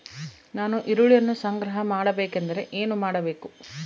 ನಾನು ಈರುಳ್ಳಿಯನ್ನು ಸಂಗ್ರಹ ಮಾಡಬೇಕೆಂದರೆ ಏನು ಮಾಡಬೇಕು?